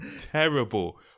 terrible